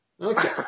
Okay